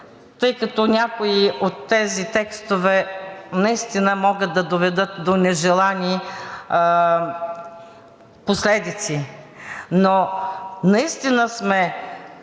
тъй като някои от тези текстове наистина могат да доведат до нежелани последици, но наистина сме